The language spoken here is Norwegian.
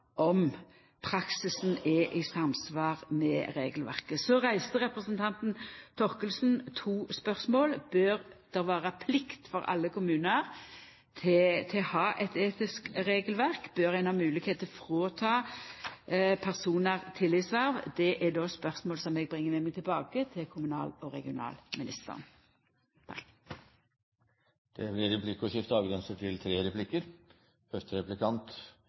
om praksisen er i samsvar med regelverket. Så reiste representanten Thorkildsen to spørsmål: Bør det vera plikt for alle kommunar til å ha eit etisk regelverk, og bør ein ha moglegheit til å ta frå personar tillitsverv? Det er spørsmål som eg tek med meg tilbake til kommunal- og regionalministeren. Det blir replikkordskifte. Statsråden snakka mykje om burettslagsloven og om kva dei endringane som var til